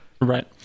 right